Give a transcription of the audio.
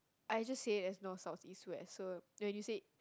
I just say it as North South East West so when you say